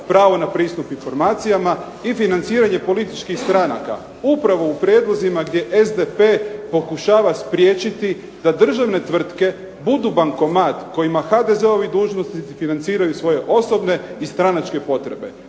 pravo na pristup informacijama i financiranje političkih stranaka upravo u prijedlozima gdje SDP pokušava spriječiti da državne tvrtke budu bankomat kojima HDZ-ovi dužnosnici financiraju svoje osobne i stranačke potrebe.